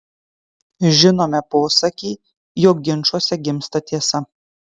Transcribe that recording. žinome posakį jog ginčuose gimsta tiesa